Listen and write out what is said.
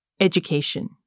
education